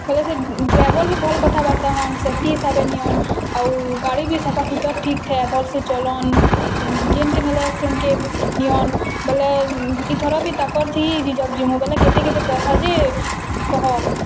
ବୋଲେ ସେ ଡ଼୍ରାଇଭର୍ ବି ଭଲ୍ କଥାବାର୍ତ୍ତା ହଅନ୍ ସେତକି ହିସାବେ ନିଅନ୍ ଆଉ ଗାଡ଼ି ବି ସଫା ସୁତର୍ ଠିକ୍ ଥାଏ ଭଲ୍ସେ ଚଲଅନ୍ ଯେନ୍କେ ନେଲେ ସେନ୍କେ ନିଅନ୍ ବେଲେ ଇଥର ବି ତାକର୍ ଥି ରିଜର୍ଭ୍ ଯିମୁଁ ବୋଲେ କେତେ କେତେ ପଏସା ଯେ କହ